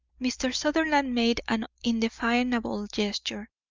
mr. sutherland made an indefinable gesture,